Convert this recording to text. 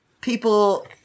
people